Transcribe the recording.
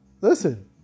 listen